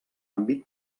àmbit